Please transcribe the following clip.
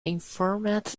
informant